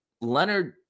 Leonard